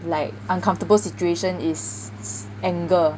like uncomfortable situation is anger